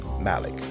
Malik